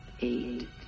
eight